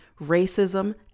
racism